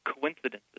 coincidences